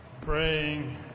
praying